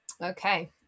Okay